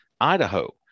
Idaho